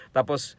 Tapos